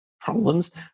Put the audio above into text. problems